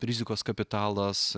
rizikos kapitalas